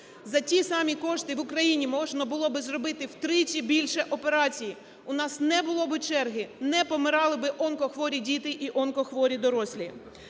За ті самі кошти в Україні можна було би зробити втричі більше операцій. У нас не було би черги, не помирали би онкохворі діти і онкохворі дорослі.